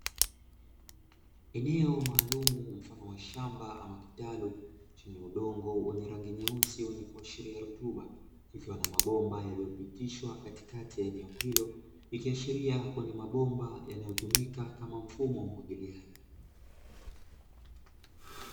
Eneo maalumu mfano wa shamba ama kitalu chenye udongo wa rangi nyeusi wenye kuashiria rutuba, ikiwa na mabomba yaliyopitishwa katikati ya eneo hilo, ikiashiria kuwa ni mabomba yanayotumika kama mfumo wa umwagiliaji.